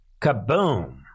kaboom